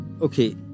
okay